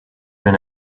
ran